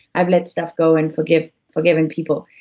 i've let stuff go, and forgiven forgiven people.